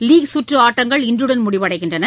league சுற்று ஆட்டங்கள் இன்றுடன் முடிவடைகின்றன